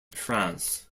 france